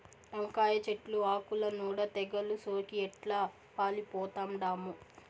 వంకాయ చెట్లు ఆకుల నూడ తెగలు సోకి ఎట్లా పాలిపోతండామో